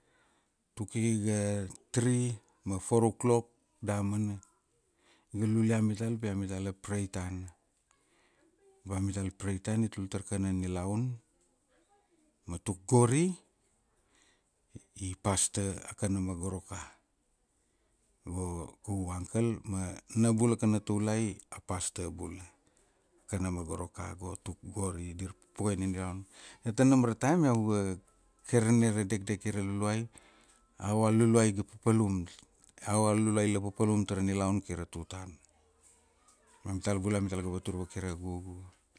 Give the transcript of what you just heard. Tuk iga three ma four o'clock damana, iga lulia mital pi amitala prei tana, ba mital prei tana i tul tar kana nilaun, ma tuk gori, i pasta a kanama Goroka. Go kaugu angkel ma na bula kana taulai a pasta bula kanama Goroka go tuk gori dir pupukuai na nilaun. Ia ta nam ra taim iau ga, kairane ra dekdeki ra luluai, ava a luluai iga papalum ,how a luluai ila papalum tara nilaun kai ra tutana. Ma amital bula amutala vatur vake ra gugu.